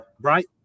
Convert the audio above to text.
right